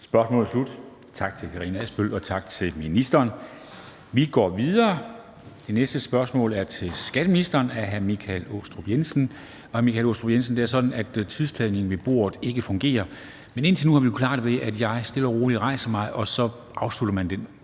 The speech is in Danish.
Spørgsmålet er slut. Tak til Karina Adsbøl, og tak til ministeren. Vi går videre. Det næste spørgsmål er til skatteministeren af hr. Michael Aastrup Jensen. Og jeg må sige til hr. Michael Aastrup Jensen, at det er sådan, at tidtagningen ved bordet ikke fungerer; men indtil nu har vi kunnet klare det, ved at jeg stille og roligt rejser mig – og så afslutter man den